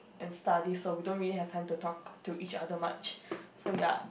and studies so we don't really have time to talk to each other much so ya